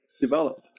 developed